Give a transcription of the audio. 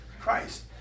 Christ